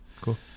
Cool